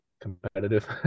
competitive